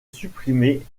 supprimés